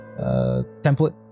template